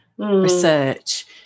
research